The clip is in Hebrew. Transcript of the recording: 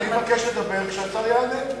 אני מבקש לדבר כאשר השר יענה.